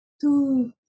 two